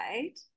right